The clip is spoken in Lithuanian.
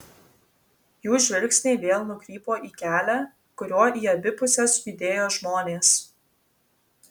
jų žvilgsniai vėl nukrypo į kelią kuriuo į abi puses judėjo žmonės